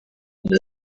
leta